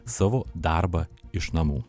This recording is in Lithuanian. savo darbą iš namų